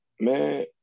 man